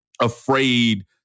afraid